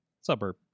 suburb